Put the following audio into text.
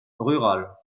rurales